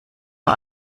war